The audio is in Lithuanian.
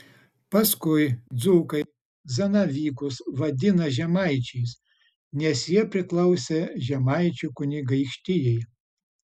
paskui dzūkai zanavykus vadina žemaičiais nes jie priklausė žemaičių kunigaikštijai